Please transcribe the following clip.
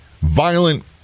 violent